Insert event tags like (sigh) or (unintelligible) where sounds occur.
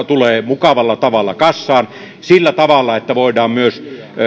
(unintelligible) tulee mukavalla tavalla kassaan sillä tavalla että voidaan myös